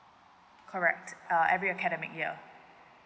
correct uh every academic year